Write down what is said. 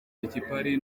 ikipari